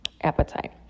appetite